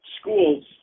schools